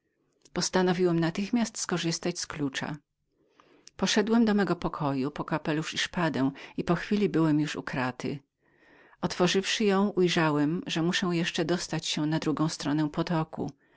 postanowiłem natychmiast korzystać z mego klucza poszedłem do mego pokoju po kapelusz i szpadę i po chwili byłem już u kraty otworzywszy ją ujrzałem że nie dość na tem gdyż musiałem jeszcze dostać się na drugą stronę potoku